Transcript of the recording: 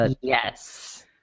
Yes